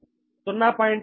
20 p